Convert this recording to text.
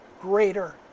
greater